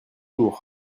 tour